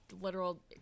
literal